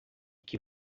que